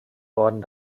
worden